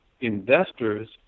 investors